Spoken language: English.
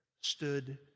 stood